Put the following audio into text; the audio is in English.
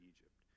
Egypt